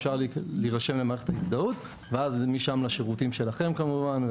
אפשר להירשם במערכת ההזדהות ומשם לשירותים שלכם כמובן.